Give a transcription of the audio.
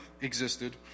existed